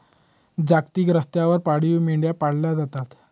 जागतिक स्तरावर पाळीव मेंढ्या पाळल्या जातात